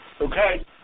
Okay